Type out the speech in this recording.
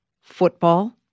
football